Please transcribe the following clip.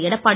Edappadi